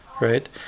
right